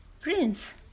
prince